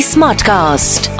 Smartcast